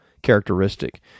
Characteristic